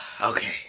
Okay